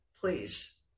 please